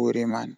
e hoore ndee